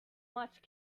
much